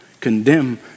condemn